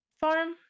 farm